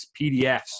PDFs